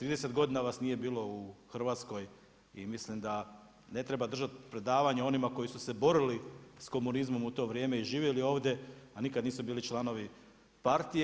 30 godina vas nije bilo u Hrvatskoj i mislim da ne treba držat predavanje onima koji su se borili sa komunizmom u to vrijeme i živjeli ovdje, a nikad nisu bili članovi partije.